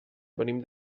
venim